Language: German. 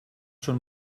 schon